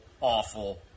awful